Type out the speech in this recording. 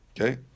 okay